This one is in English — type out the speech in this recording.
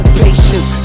patience